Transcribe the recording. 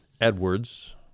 Edwards